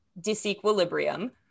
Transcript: disequilibrium